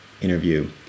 interview